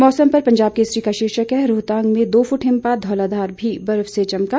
मौसम पर पंजाब केसरी का शीर्षक है रोहतांग में दो फुट हिमपात धौलाधार भी बर्फ से चमका